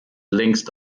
längst